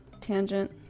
tangent